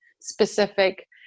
specific